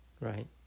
right